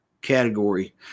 category